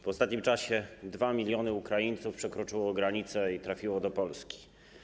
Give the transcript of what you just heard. W ostatnim czasie 2 mln Ukraińców przekroczyło granicę i trafiło do Polski.